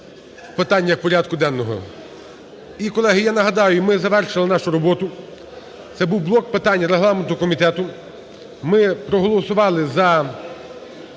питання порядку денного. І, колеги, я нагадаю ми завершили нашу роботу – це був блок питань регламентного комітету. Ми проголосували за